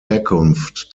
herkunft